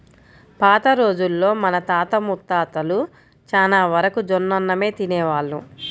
పాత రోజుల్లో మన తాత ముత్తాతలు చానా వరకు జొన్నన్నమే తినేవాళ్ళు